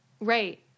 Right